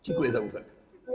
Dziękuję za uwagę.